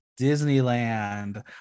Disneyland